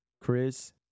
Chris